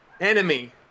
Enemy